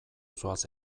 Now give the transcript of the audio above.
zoaz